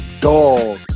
dog